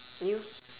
you